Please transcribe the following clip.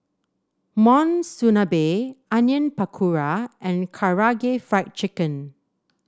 Monsunabe Onion Pakora and Karaage Fried Chicken